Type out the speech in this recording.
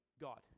God